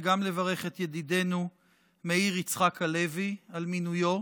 וגם לברך את ידידנו מאיר יצחק הלוי על מינויו.